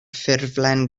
ffurflen